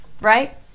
right